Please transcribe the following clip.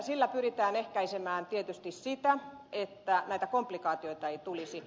sillä pyritään ehkäisemään tietysti sitä että näitä komplikaatioita ei tulisi